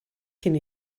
cyn